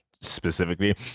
specifically